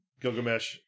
Gilgamesh